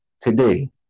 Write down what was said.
today